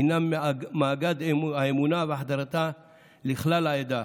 הינם מאגד האמונה והחדרתה לכלל העדה,